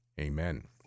Amen